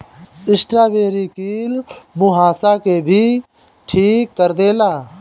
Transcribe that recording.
strawberry कील मुंहासा के भी ठीक कर देला